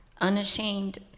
unashamed